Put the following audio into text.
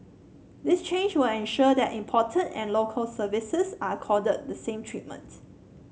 this change will ensure that imported and Local Services are accorded the same treatment